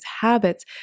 habits